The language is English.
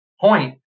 point